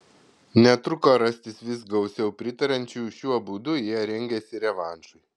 netruko rastis vis gausiau pritariančių šiuo būdu jie rengėsi revanšui